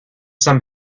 some